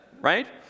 Right